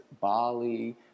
Bali